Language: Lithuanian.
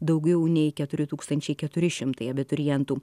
daugiau nei keturi tūkstančiai keturi šimtai abiturientų